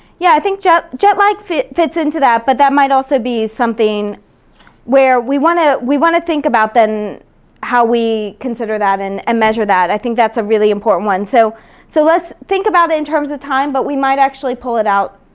yeah, i think jet lag like fits fits into that, but that might also be something where we wanna we wanna think about how we consider that and and measure that. i think that's a really important one. so so lets think about it in terms of time, but we might actually pull it out,